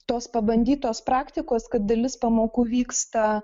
tos pabandytos praktikos kad dalis pamokų vyksta